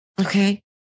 Okay